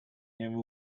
never